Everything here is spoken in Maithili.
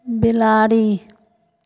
बिलाड़ि